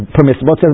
permissible